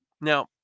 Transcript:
Now